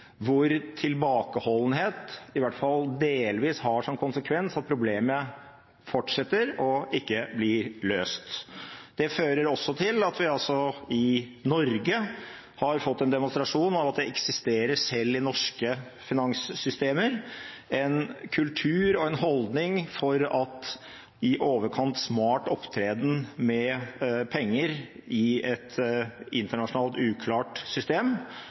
hvor tilbakeholdenhet i hvert fall delvis har som konsekvens at problemet fortsetter og ikke blir løst. Det fører også til at vi i Norge har fått en demonstrasjon av at det eksisterer, selv i norske finanssystemer, en kultur og en holdning om at i overkant smart opptreden med penger i et internasjonalt uklart system